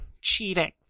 cheating